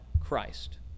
Christ